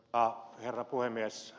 arvoisa herra puhemies